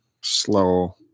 slow